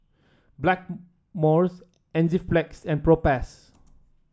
Blackmores Enzyplex and Propass